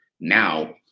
now